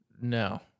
No